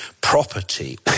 property